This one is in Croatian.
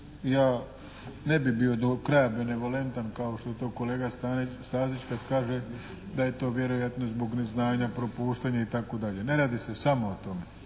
Ja ne bi bio do kraja benevolentan kao što je to kolega Stazić kad kaže da je to vjerojatno zbog neznanja, propuštanja, itd. Ne radi se samo o tome.